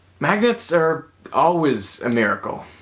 magnets are always a miracle.